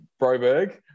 Broberg